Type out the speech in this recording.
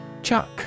Chuck